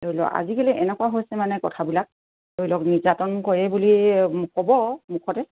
ধৰি লওক আজিকালি এনেকুৱা হৈছে মানে কথাবিলাক ধৰি লওক নিৰ্যাতন কৰে বুলি ক'ব মুখতে